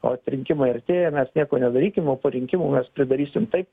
ot rinkimai artėja mes nieko nedarykim o po rinkimų mes pridarysim taip